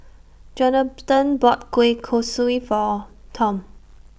Johathan bought Kueh Kaswi For Tom